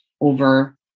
over